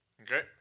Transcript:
Okay